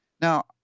now